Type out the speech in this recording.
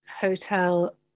hotel